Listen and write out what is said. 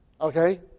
Okay